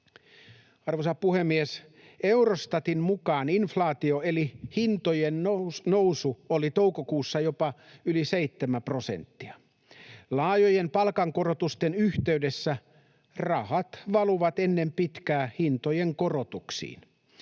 Arvoisa puhemies! Eurostatin mukaan inflaatio eli hintojen nousu oli toukokuussa jopa yli seitsemän prosenttia. Laajojen palkankorotusten yhteydessä rahat valuvat ennen pitkää hintojen korotuksiin.